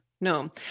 No